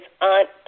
aunt